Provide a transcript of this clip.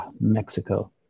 Mexico